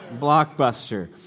Blockbuster